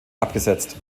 abgesetzt